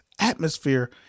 atmosphere